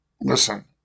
Listen